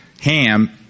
Ham